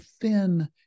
thin